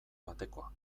batekoa